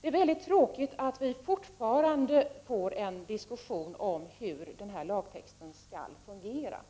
Det är mycket tråkigt att vi fortfarande får en diskussion om hur lagtexten skall fungera.